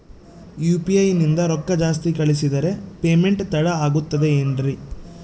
UPI ನಿಂದ ರೊಕ್ಕ ಜಾಸ್ತಿ ಕಳಿಸಿದರೆ ಪೇಮೆಂಟ್ ತಡ ಆಗುತ್ತದೆ ಎನ್ರಿ?